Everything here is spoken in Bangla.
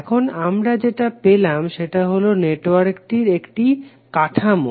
এখন আমরা যেটা পেলাম সেটা হলো নেটওয়ার্কটির একটা কাঠামো